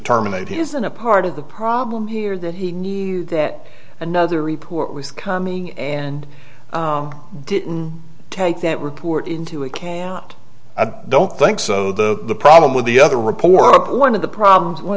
terminate he isn't a part of the problem here that he knew that another report was coming and didn't take that report into it came out don't think so the problem with the other report one of the problems one